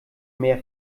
mehr